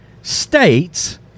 states